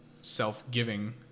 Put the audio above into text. self-giving